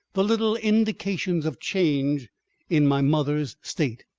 the little indications of change in my mother's state.